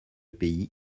pays